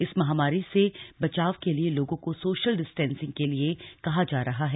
इस महामारी से बचाव के लिए लोगों को सोशल डिस्टेंसिंग के लिए कहा जा रहा है